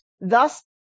thus